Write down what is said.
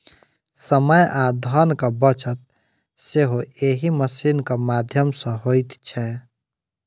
समय आ धनक बचत सेहो एहि मशीनक माध्यम सॅ होइत छै